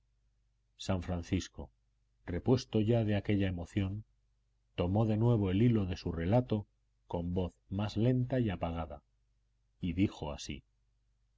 san francisco repuesto ya de aquella emoción tomó de nuevo el hilo de su relato con voz más lenta y apagada y dijo así